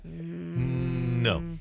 No